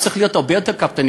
הוא צריך להיות הרבה יותר קפדני,